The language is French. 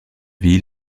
vie